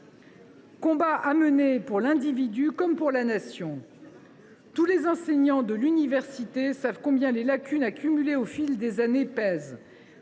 combat pour l’individu comme pour la Nation. « Tous les enseignants de l’université savent combien pèsent les lacunes accumulées au fil des années,